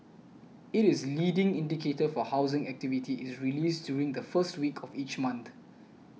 it is leading indicator for housing activity is released during the first week of each month